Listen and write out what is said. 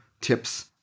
tips